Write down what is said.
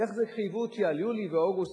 איך זה חייבו אותי על יולי ואוגוסט?